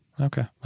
okay